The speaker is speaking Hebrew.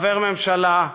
כחבר ממשלה,